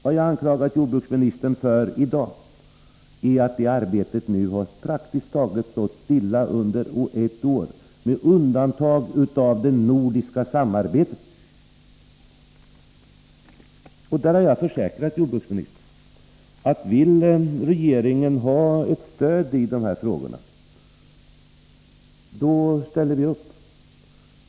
Vad jag anklagat jordbruksministern för i dag är att arbetet nu praktiskt taget stått stilla under ett år — med undantag av det nordiska samarbetet. Jag kan försäkra jordbruksministern att om regeringen vill ha stöd i de här frågorna är vi beredda att ställa upp.